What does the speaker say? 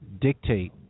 dictate